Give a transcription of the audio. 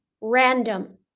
Random